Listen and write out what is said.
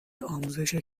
آموزش